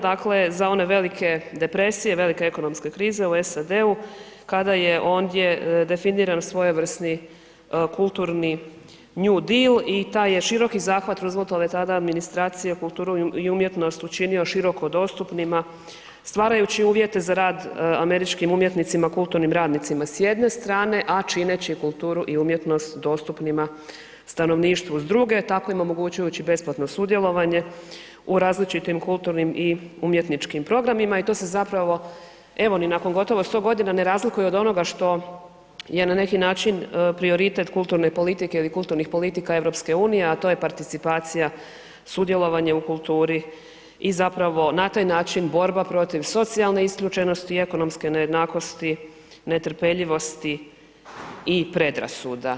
Dakle, za one velike depresije, velike ekonomske krize u SAD-u kada je ondje definiran svojevrsni new deal i taj je široki zahvat Rooseveltove tada administracije kulturu i umjetnost učinio široko dostupnima stvarajući uvjete za rad američkim umjetnicima, kulturnim radnicima s jedne strane, a čineći kulturu i umjetnost dostupnima stanovništvu s druge tako im omogućujući besplatno sudjelovanje u različitim kulturnim i umjetničkim programima i to se zapravo evo ni nakon gotovo 100 godina ne razlikuje od onoga što je na neki način prioritet kulturne politike ili kulturnih politika EU, a to je participacija, sudjelovanje u kulturi i zapravo na taj način borba protiv socijalne isključenosti i ekonomske nejednakosti, netrpeljivosti i predrasuda.